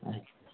अच्छा